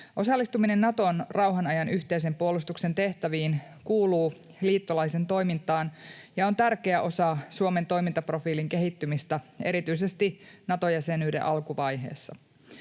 Osallistuminen Naton rauhanajan yhteisen puolustuksen tehtäviin kuuluu liittolaisen toimintaan ja on tärkeä osa Suomen toimintaprofiilin kehittymistä erityisesti Nato-jäsenyyden alkuvaiheessa.